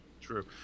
True